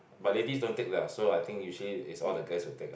but ladies don't take lah so I think usually is all the guys will take lah